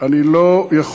אני לא השתתפתי בפגישה,